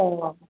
औ औ